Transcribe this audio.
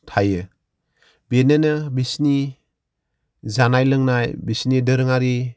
थायो बेनोनो बिसिनि जानाय लोंनाय बिसोरनि दोरोङारि